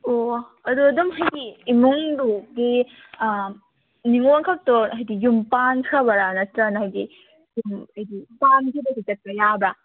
ꯑꯣ ꯑꯗꯣ ꯑꯗꯨꯝ ꯁꯤꯒꯤ ꯏꯃꯨꯡꯗꯨꯒꯤ ꯅꯤꯉꯣꯜ ꯈꯛꯇ ꯍꯥꯏꯗꯤ ꯌꯨꯝ ꯄꯥꯟꯈ꯭ꯔꯕꯔꯥ ꯅꯠꯇ꯭ꯔꯒꯅ ꯍꯥꯏꯗꯤ ꯌꯨꯝ ꯍꯥꯏꯗꯤ ꯄꯥꯟꯗ꯭ꯔꯤꯕꯗꯤ ꯆꯠꯄ ꯌꯥꯕ꯭ꯔꯥ